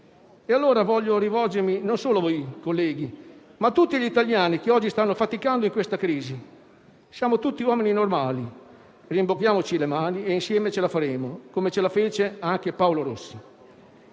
Allora voglio rivolgermi non solo a voi colleghi, ma a tutti gli italiani che oggi stanno faticando in questa crisi: siamo tutti uomini normali, rimbocchiamoci le mani e insieme ce la faremo, come ce la fece Paolo Rossi.